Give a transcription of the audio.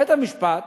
בית-המשפט